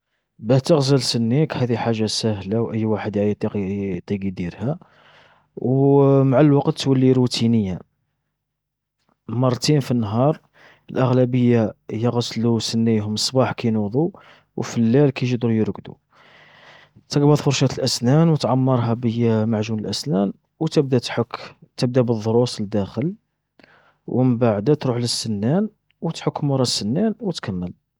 باه تغسل سنيك هاذي حاجة ساهلة و أي واحد عادي يطيق يديرها. و مع الوقت تولي روتينيه، مرتين في النهار. الأغلبية يغسلوا سنيهم الصباح كي ينوضو، و في الليل كي يجو دور يرقدو. تقبض فرشات الأسنان، وتعمرها ب معجون الأسنان، وتبدا تحك، تبدا بالضروس لداخل، و منبعدا تروح للسنان وتحك مورا السنان و تكمل.